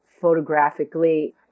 photographically